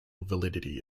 validity